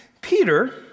Peter